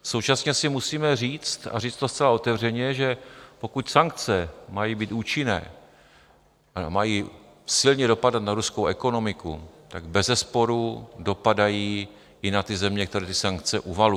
Současně si musíme říct a říct to zcela otevřeně že pokud sankce mají být účinné, mají silně dopadat na ruskou ekonomiku, bezesporu dopadají i na země, které sankce uvalují.